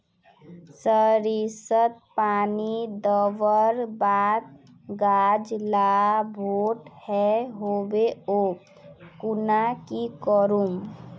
सरिसत पानी दवर बात गाज ला बोट है होबे ओ खुना की करूम?